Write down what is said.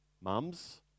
mums